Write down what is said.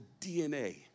DNA